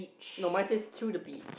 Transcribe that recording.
no mine says to the beat